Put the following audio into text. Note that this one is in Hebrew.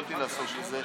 יכולתי לעסוק בזה,